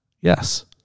Yes